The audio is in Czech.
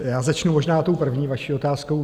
Já začnu možná tou první vaší otázkou.